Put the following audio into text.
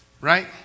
Right